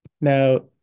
Now